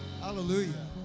Hallelujah